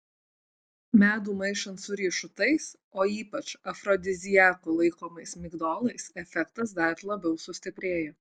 medų maišant su riešutais o ypač afrodiziaku laikomais migdolais efektas dar labiau sustiprėja